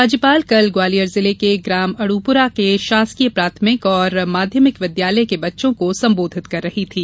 राज्यपाल कल ग्वालियर जिले के ग्राम अड्पुरा के शासकीय प्राथमिक एवं माध्यमिक विद्यालय के बच्चों को संबोधित कर रही थीं